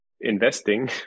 investing